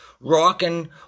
Rocking